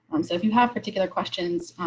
um so if you have particular questions.